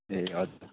ए हजुर